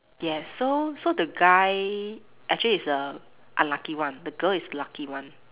yes so so the guy actually is the unlucky one the girl is lucky one